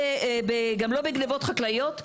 גם לא בגניבות חקלאיות,